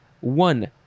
One